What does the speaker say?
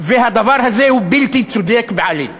והדבר הזה הוא בלתי צודק בעליל.